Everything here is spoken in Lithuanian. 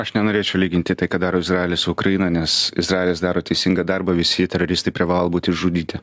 aš nenorėčiau lyginti tai ką daro izraelis su ukraina nes izraelis daro teisingą darbą visi teroristai privalo būt išžudyti